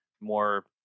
more